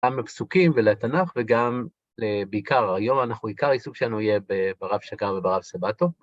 גם בפסוקים ולתנ״ך וגם בעיקר, היום אנחנו, עיקר העיסוק שלנו יהיה ברב שגם וברב סבטו.